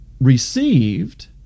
received